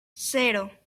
cero